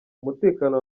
umutekano